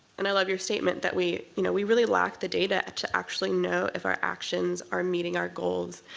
and i love your statement that we you know we really lack the data to actually know if our actions are meeting our goals.